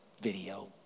video